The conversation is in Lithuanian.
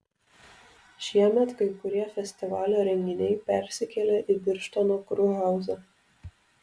šiemet kai kurie festivalio renginiai persikėlė į birštono kurhauzą